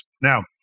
Now